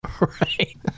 right